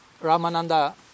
Ramananda